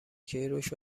کیروش